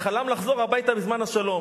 חלם לחזור הביתה בזמן השלום.